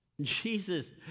Jesus